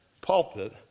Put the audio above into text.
pulpit